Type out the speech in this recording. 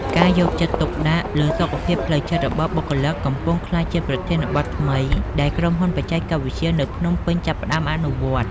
ការយកចិត្តទុកដាក់លើ សុខភាពផ្លូវចិត្ត របស់បុគ្គលិក កំពុងក្លាយជាប្រធានបទថ្មីដែលក្រុមហ៊ុនបច្ចេកវិទ្យានៅភ្នំពេញចាប់ផ្ដើមអនុវត្ត។